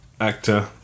actor